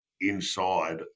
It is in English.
inside